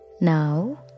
Now